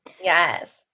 Yes